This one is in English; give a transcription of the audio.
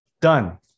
Done